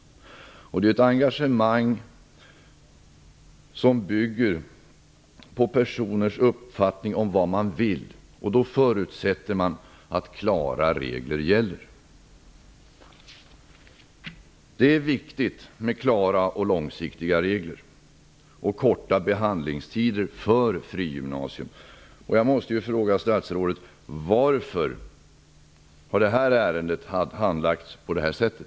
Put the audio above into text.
Det är ett engagemang som bygger på personers uppfattning av viljeinriktningen. Då förutsätter man att klara regler gäller. Det är viktigt med klara och långsiktiga regler och korta behandlingstider för frigymnasier. Jag måste fråga statsrådet: Varför har det här ärendet handlagts på det här sättet?